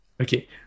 Okay